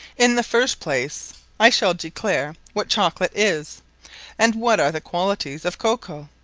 in the first place i shall declare, what chocolate is and what are the qualities of cacao,